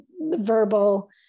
verbal